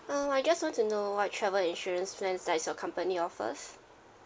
uh I just want to know what travel insurance plans does your company offers